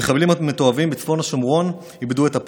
המחבלים המתועבים בצפון השומרון איבדו את הפחד.